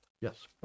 Yes